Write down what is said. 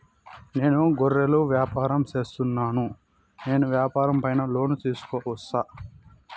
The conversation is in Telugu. నేను గొర్రెలు వ్యాపారం సేస్తున్నాను, నేను వ్యాపారం పైన లోను తీసుకోవచ్చా?